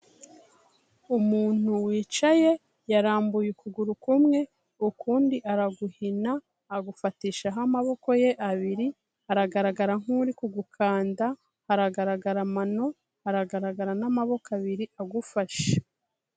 Umuntu wicaye yarambuye ukuguru kumwe, ukundi araguhina agufatishaho amaboko ye abiri, aragaragara nk'uri gukanda, hagaragara amano, haragaragara n'amaboko abiri agufashe.